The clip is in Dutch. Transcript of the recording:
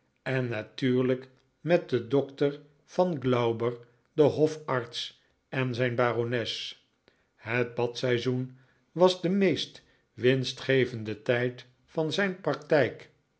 en natuurlijk met hen dokter von glauber de hofarts en zijn barones het badseizoen was de meest winstgevende tijd van zijn praktijk